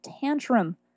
tantrum